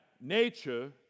nature